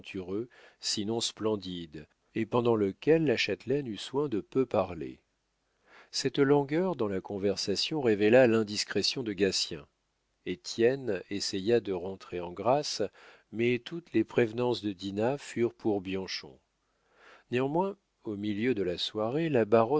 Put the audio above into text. sinon splendide et pendant lequel la châtelaine eut soin de peu parler cette langueur dans la conversation révéla l'indiscrétion de gatien étienne essaya de rentrer en grâce mais toutes les prévenances de dinah furent pour bianchon néanmoins au milieu de la soirée la